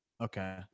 okay